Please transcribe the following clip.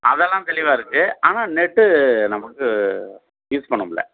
அதெல்லாம் தெளிவாக இருக்குது ஆனால் நெட்டு நமக்கு யூஸ் பண்ண முடில